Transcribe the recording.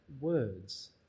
words